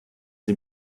sie